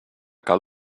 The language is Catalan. cal